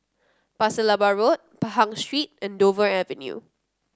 Pasir Laba Road Pahang Street and Dover Avenue